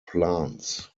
plants